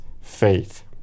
faith